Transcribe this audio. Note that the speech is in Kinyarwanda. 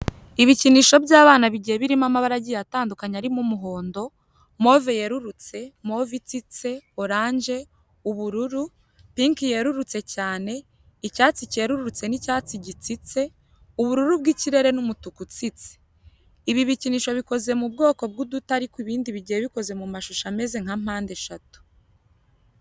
Ibikinisho by'abana bigiye birimo amabara agiye atandukanye arimo umuhondo, move yerurutse, move itsitse, oranje, ubururu, pinki yerurutse cyane, icyatsi cyerurutse n'icyatsi gitsitse, ubururu bw'ikirere n'umutuku utsitse. Ibi bikinisho bikoze mu bwoko bw'uduti ariko ibindi bigiye bikoze mu mashusho ameze nka mpande eshatu.